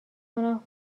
کنم